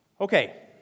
Okay